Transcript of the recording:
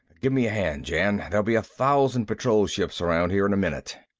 give me a hand, jan. there'll be a thousand patrol ships around here in a minute.